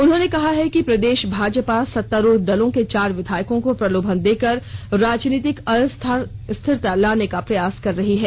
उन्होंने कहा है कि प्रदेश भाजपा सत्तारूढ़ दलों के चार विधायकों को प्रलोभन देकर राजनीतिक अस्थिरता लाने का प्रयास कर रही है